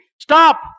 stop